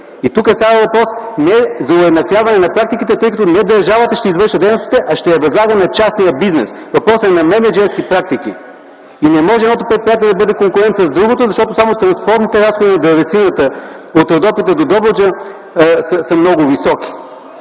И тук става въпрос не за уеднаквяване на практиките, тъй като не държавата ще извършва дейностите, а ще ги възлага на частния бизнес. Това е въпрос на мениджърски практики. Не може едното предприятие да бъде конкурент с другото, защото само транспортните разходи за дървесината от Родопите до Добруджа са много високи.